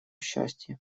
счастья